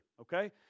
okay